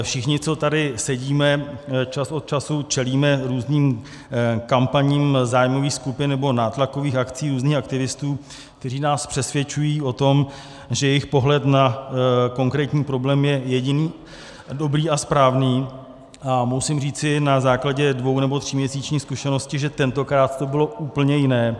Všichni, co tady sedíme, čas od času čelíme různým kampaním zájmových skupin nebo nátlakových akcí různých aktivistů, kteří nás přesvědčují o tom, že jejich pohled na konkrétní problém je jediný dobrý a správný, a musím říci na základě dvou nebo tříměsíční zkušenosti, že tentokrát to bylo úplně jiné.